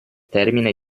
termine